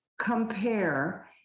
compare